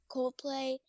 Coldplay